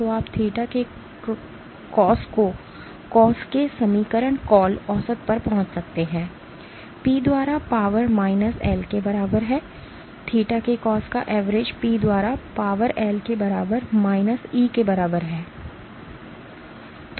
तो आप थीटा के कॉस के समीकरण कॉल औसत पर पहुंच सकते हैं पी द्वारा पावर माइनस एल के बराबर है थीटा के कॉस का एवरेज पी द्वारा पावर एल के बराबर माइनस ई के बराबर है